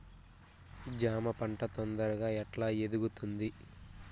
జామ పంట తొందరగా ఎట్లా ఎదుగుతుంది?